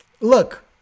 look